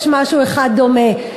יש משהו אחד דומה.